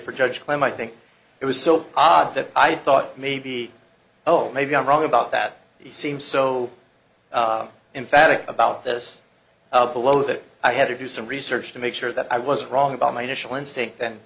for judge clem i think it was so odd that i thought maybe oh maybe i'm wrong about that he seems so in fact about this below that i had to do some research to make sure that i was wrong about my initial instinct